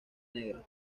negra